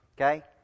Okay